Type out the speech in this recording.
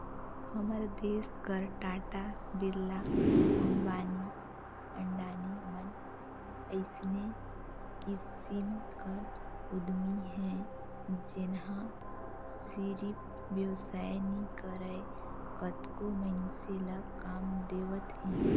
हमर देस कर टाटा, बिरला, अंबानी, अडानी मन अइसने किसिम कर उद्यमी हे जेनहा सिरिफ बेवसाय नी करय कतको मइनसे ल काम देवत हे